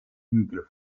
hügel